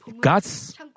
God's